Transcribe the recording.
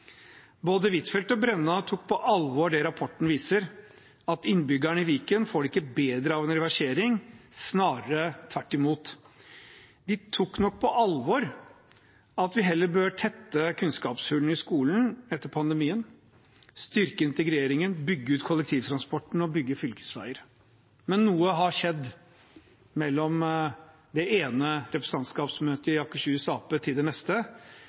Både Huitfeldt og Brenna tok på alvor det rapporten viser, at innbyggerne i Viken ikke får det bedre av en reversering, snarere tvert imot. De tok nok på alvor at vi heller bør tette kunnskapshullene i skolen etter pandemien, styrke integreringen, bygge ut kollektivtransporten og bygge fylkesveier. Men noe har skjedd mellom det ene representantskapsmøtet i Akershus Arbeiderparti og det neste.